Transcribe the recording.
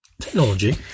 Technology